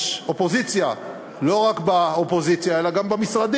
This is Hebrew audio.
יש אופוזיציה, לא רק באופוזיציה אלא גם במשרדים.